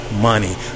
money